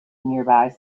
somewhere